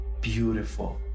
beautiful